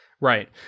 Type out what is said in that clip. Right